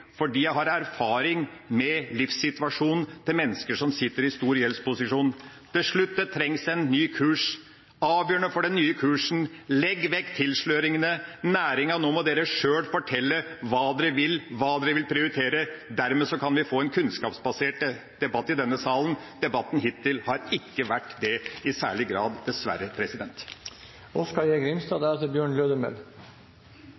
fordi jeg har erfaring med livssituasjonen til mennesker som sitter i stor gjeldsposisjon. Til slutt: Det trengs en ny kurs. Avgjørende for den nye kursen er at man legger vekk tilsløringene. Nå må næringa sjøl fortelle hva den vil, hva den vil prioritere. Dermed kan vi få en kunnskapsbasert debatt i denne salen. Debatten hittil har dessverre ikke vært det i særlig grad.